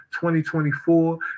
2024